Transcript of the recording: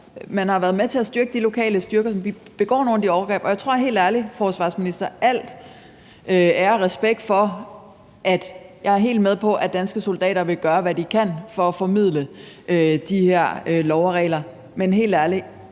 også har været med til at styrke de lokale styrker, som begår nogle af de overgreb. Al ære og respekt; jeg er helt med på, at de danske soldater vil gøre, hvad de kan, for at formidle de her love og regler, men vi